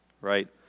Right